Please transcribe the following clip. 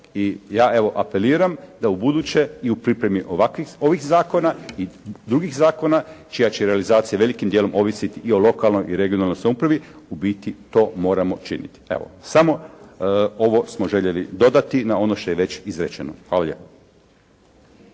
i ja evo apeliram da ubuduće i u pripremi ovih zakona i drugih zakona čija će realizacija velikim dijelom ovisiti i o lokalnoj i o regionalnoj samoupravi, u biti to moramo činiti. Evo, samo ovo smo željeli dodati na ono što je već izrečeno. Hvala